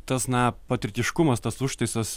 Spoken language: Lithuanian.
tas na patriotiškumas tas užtaisas